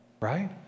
right